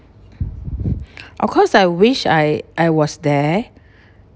of course I wish I I was there